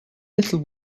little